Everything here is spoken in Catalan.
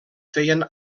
feien